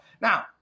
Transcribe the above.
Now